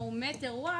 לא משנה מה,